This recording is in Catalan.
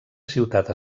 ciutat